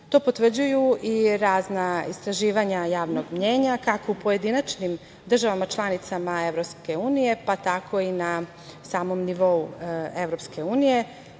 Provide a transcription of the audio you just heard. To potvrđuju i razna istraživanja javnog mnjenja kako u pojedinačnim državama članicama EU, pa tako i na samom nivou EU.